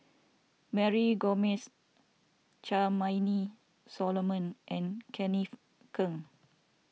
Mary Gomes Charmaine Solomon and Kenneth Keng